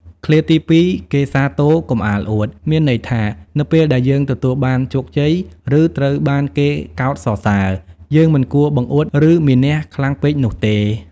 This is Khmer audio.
ឃ្លាទីពីរ "គេសាទរកុំអាលអួត" មានន័យថា នៅពេលដែលយើងទទួលបានជោគជ័យ ឬត្រូវបានគេកោតសរសើរ យើងមិនគួរបង្អួត ឬមានះខ្លាំងពេកនោះទេ។